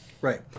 Right